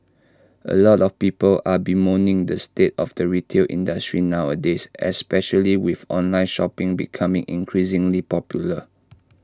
A lot of people are bemoaning the state of the retail industry nowadays especially with online shopping becoming increasingly popular